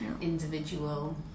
individual